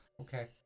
Okay